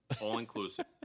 all-inclusive